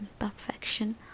imperfection